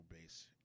base